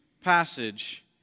passage